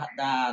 da